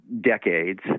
decades